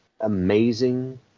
amazing